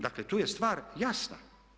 Dakle tu je stvar jasna.